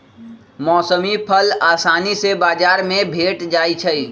मौसमी फल असानी से बजार में भेंट जाइ छइ